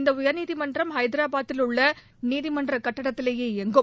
இந்த உயர்நீதிமன்றம் ஐதராபாதில் உள்ள நீதிமன்ற கட்டிடத்திலேயே இயங்கும்